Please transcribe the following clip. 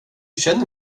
känner